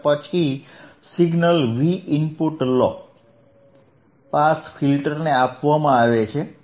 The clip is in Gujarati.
અને પછી સિગ્નલ Vin લો પાસ ફિલ્ટરને આપવામાં આવે છે